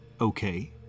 Okay